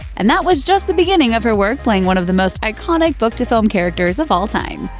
and that was just the beginning of her work playing one of the most iconic book-to-film characters of all time.